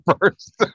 first